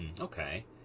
okay